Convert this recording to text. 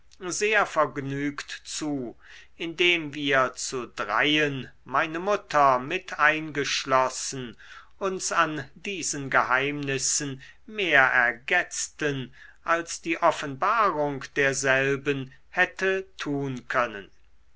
sehr vergnügt zu indem wir zu dreien meine mutter mit eingeschlossen uns an diesen geheimnissen mehr ergetzten als die offenbarung derselben hätte tun können